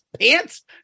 pants